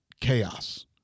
chaos